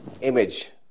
image